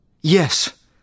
Yes